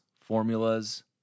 formulas